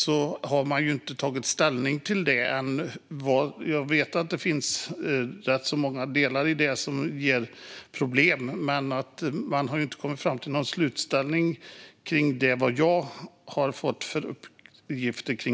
Det har man inte tagit ställning till än. Jag vet att det finns rätt många delar som ger problem, men enligt de uppgifter jag har fått har man inte kommit fram till någon slutlig inställning till det än.